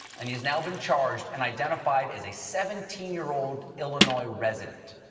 and he has now been charge and identified as a seventeen year old illinois resident.